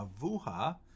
Avuha